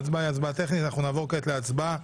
ההצבעה היא הצבעה טכנית, אנחנו נעבור כעת להצבעה.